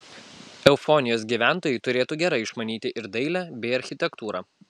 eufonijos gyventojai turėtų gerai išmanyti ir dailę bei architektūrą